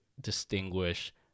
distinguish